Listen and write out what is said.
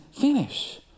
finish